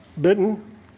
Bitten